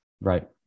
Right